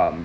um